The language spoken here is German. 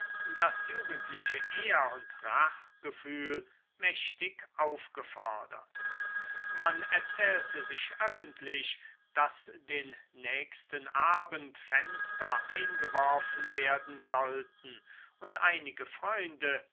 das jugendliche ehr und rachgefühl mächtig aufgefordert man erzählte sich öffentlich daß den nächsten abend fenster eingeworfen werden sollten und einige freunde